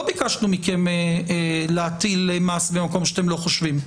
לא ביקשנו מכם להטיל מס במקום שאתם לא חושבים.